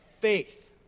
faith